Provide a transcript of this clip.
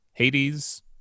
Hades